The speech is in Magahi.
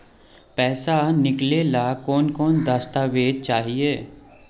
पैसा निकले ला कौन कौन दस्तावेज चाहिए?